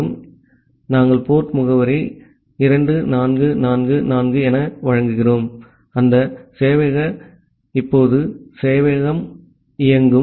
ஆகவே நாங்கள் போர்ட் முகவரியை 2444 என வழங்குகிறோம் அந்த சேவையகம் இப்போது சேவையகம் அங்கு இயங்கும்